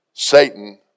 Satan